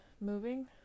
moving